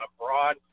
abroad